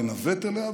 לנווט אליה,